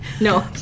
no